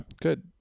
Good